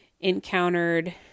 encountered